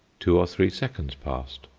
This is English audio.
two or three seconds passed,